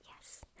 yes